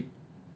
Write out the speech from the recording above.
did he sleep